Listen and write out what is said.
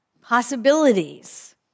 possibilities